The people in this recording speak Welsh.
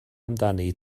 amdani